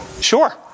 Sure